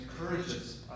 encourages